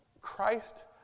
Christ